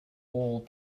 all